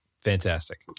Fantastic